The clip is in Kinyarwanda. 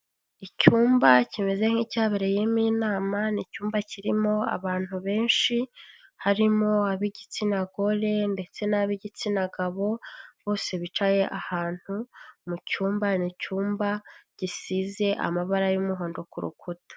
Icyumba kimeze nk'icyabereyemo inama, ni icyumba kirimo abantu benshi harimo ab'igitsina gore ndetse n'ab'igitsina gabo bose bicaye ahantu mu cyumba, ni icyumba gisize amabara y'umuhondo ku rukuta.